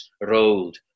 rolled